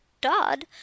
Todd